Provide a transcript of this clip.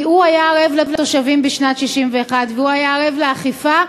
כי הוא היה ערב לתושבים בשנת 1961 והוא היה ערב לאכיפה,